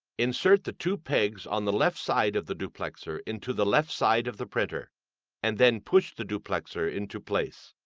insert the two pegs on the left side of the duplexer into the left side of the printer and then push the duplexer into place.